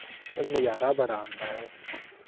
पर नजारा बड़ा आंदा ऐ